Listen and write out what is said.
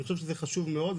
אני חושב שזה חשוב מאוד,